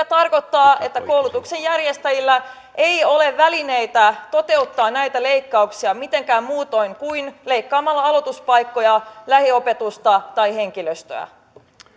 tarkoittaa että koulutuksen järjestäjillä ei ole välineitä toteuttaa näitä leikkauksia mitenkään muutoin kuin leikkaamalla aloituspaikkoja lähiopetusta tai henkilöstöä